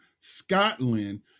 Scotland